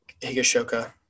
Higashoka